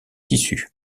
tissus